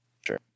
sure